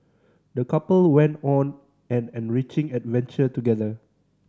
the couple went on an enriching adventure together